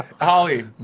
Holly